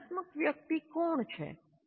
જ્ઞાનાત્મક વ્યક્તિ કોણ છે